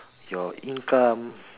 your income